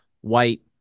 white